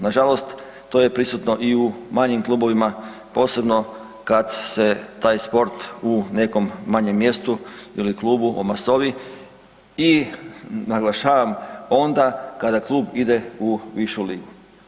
Nažalost, to je prisutno i u manjim klubovima, posebno kad se taj sport u nekom manjem mjestu ili klubu omasovi i naglašavam onda kada klub ide u višu ligu.